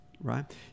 right